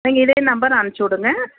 நீங்கள் இதே நம்பர் அனுப்பிச்சுடுங்க